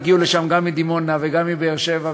הגיעו לשם גם מדימונה וגם מבאר-שבע,